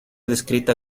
descrita